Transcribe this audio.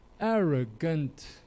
Arrogant